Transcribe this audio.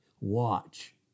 watch